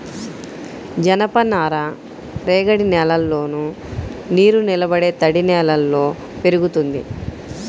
జనపనార రేగడి నేలల్లోను, నీరునిలబడే తడినేలల్లో పెరుగుతుంది